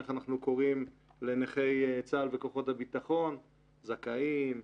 איך אנחנו קוראים לנכי צה"ל וכוחות הביטחון זכאים,